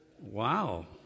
Wow